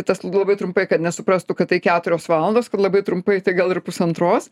tas labai trumpai kad nesuprastų kad tai keturios valandos kad labai trumpai tai gal ir pusantros